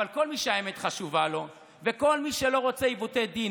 אבל כל מי שהאמת חשובה לו וכל מי שלא רוצה עיוותי דין